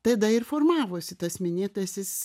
tada ir formavosi tas minėtasis